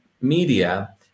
media